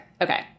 Okay